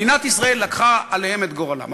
מדינת ישראל לקחה עליה את גורלם.